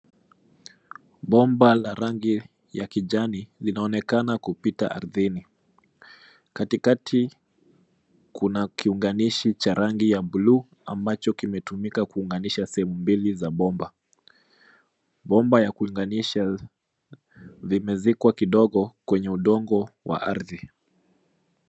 Bomba la rangi ya kijani linaonekana kupita ardhini. Katikati kuna kiunganishi cha rangi ya bluu ambacho kimetumika kuunganisha sehemu mbili za bomba. Bomba ya kuunganisha vimezikwa kidogo kwenye udongo wa ardhi.